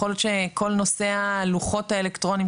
יכול להיות שכל נושא הלוחות האלקטרוניים,